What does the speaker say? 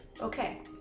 okay